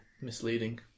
misleading